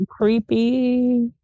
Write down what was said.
creepy